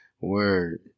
Word